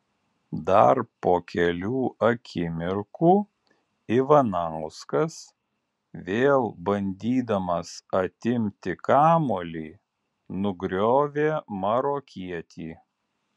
dar po kelių akimirkų ivanauskas vėl bandydamas atimti kamuolį nugriovė marokietį